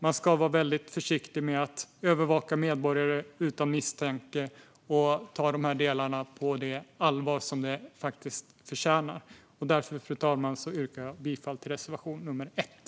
Man ska vara väldigt försiktig med att övervaka medborgare utan misstanke, och man ska ta de delarna på det allvar som de förtjänar. Därför yrkar jag bifall till reservation 1.